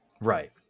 Right